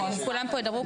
כולם פה ידברו,